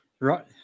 Right